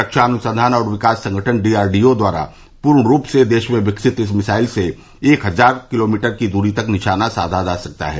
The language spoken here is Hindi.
रक्षा अनुसंघान और विकास संगठन डी आर डी ओ द्वारा पूर्ण रूप से देश में विकसित इस मिसाइल से एक हजार किलोमीटर की दूरी तक निशाना साधा जा सकता है